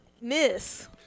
miss